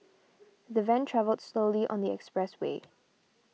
the van travelled slowly on the expressway